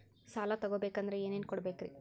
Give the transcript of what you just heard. ಸಾಲ ತೊಗೋಬೇಕಂದ್ರ ಏನೇನ್ ಕೊಡಬೇಕ್ರಿ?